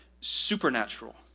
supernatural